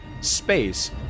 space